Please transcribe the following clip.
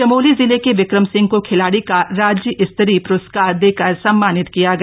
चमोली जिले के विक्रम सिंह को खिलाड़ी का राज्य स्तरीय पुरस्कार देकर सम्मानित किया गया